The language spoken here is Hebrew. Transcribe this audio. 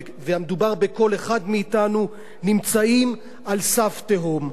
ומדובר בכל אחד מאתנו, נמצאים על סף תהום.